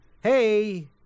hey